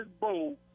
boat